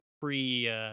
pre